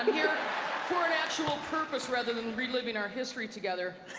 for an actual purpose rather than reliving our history together.